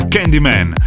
Candyman